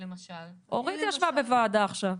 אורית ישבה בוועדה עכשיו.